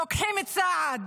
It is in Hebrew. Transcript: לוקחים צעד,